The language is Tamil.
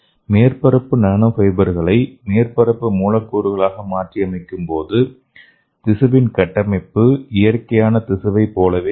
மேற்பரப்பு நானோ ஃபைபர்களை மேற்பரப்பு மூலக்கூறுகளாக மாற்றியமைக்கும்போது திசுவின் கட்டமைப்பு இயற்கையான திசுவை போலவே இருக்கும்